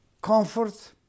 comfort